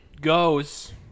goes